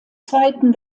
zweiten